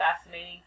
fascinating